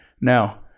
now